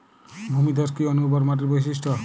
ভূমিধস কি অনুর্বর মাটির বৈশিষ্ট্য?